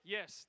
Yes